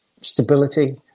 Stability